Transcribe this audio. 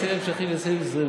תקציב המשכי של 2020,